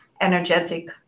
energetic